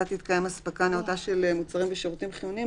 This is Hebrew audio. תתקיים אספקה נאותה של מוצרים ושירותים חיוניים",